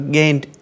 gained